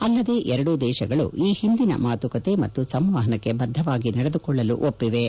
ಅಲ್ಲದೆ ಎರಡೂ ದೇಶಗಳು ಈ ಹಿಂದಿನ ಮಾತುಕತೆ ಮತ್ತು ಸಂವಹನಕ್ಕೆ ಬದ್ದವಾಗಿ ನಡೆದುಕೊಳ್ಳಲು ಒಪ್ಪಿವೆ